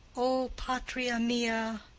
o patria mia,